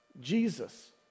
Jesus